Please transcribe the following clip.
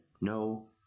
no